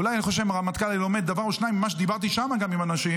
אולי הרמטכ"ל היה לומד דבר או שניים ממה שדיברתי שם עם אנשים.